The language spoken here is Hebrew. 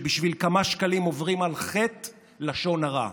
שבשביל כמה שקלים עוברים על חטא לשון הרע,